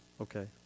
okay